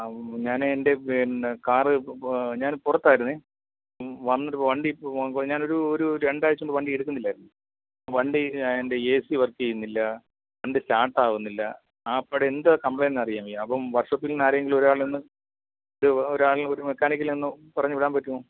അപ്പം ഞാനേ എന്റെ പിന്നെ കാറ് ഞാന് പുറത്തായിരുന്നെ വന്നിട്ട് വണ്ടി ഇപ്പോൾ ഞാനൊരു ഒരു രണ്ടാഴ്ച കൊണ്ട് വണ്ടി എടുക്കുന്നില്ലായിരുന്നു വണ്ടി എന്റെ ഏ സി വര്ക്ക് ചെയ്യുന്നില്ല വണ്ടി സ്റ്റാര്ട്ട് ആവുന്നില്ല ആപ്പഴ് എന്തുവാ കംപ്ലെയിന്റ് എന്ന് അറിയാന് വയ്യ അപ്പോൾ വര്ഷോപ്പില് നിന്നും ആരെയെങ്കിലും ഒരാളെ ഒന്ന് ഒരു ഒരാളിനെ ഒരു മെക്കാനിക്കൽനെ ഒന്ന് പറഞ്ഞു വിടാന് പറ്റുമോ